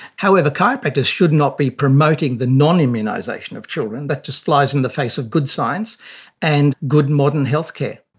however, chiropractors should not be promoting the non-immunisation of children, that just flies in the face of good science and good modern healthcare.